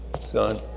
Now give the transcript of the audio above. son